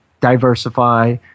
diversify